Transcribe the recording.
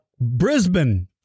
Brisbane